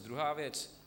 Druhá věc.